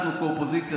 אנחנו כאופוזיציה,